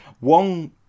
Wong